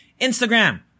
Instagram